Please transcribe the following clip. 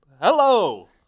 hello